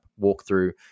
Walkthrough